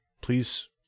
Please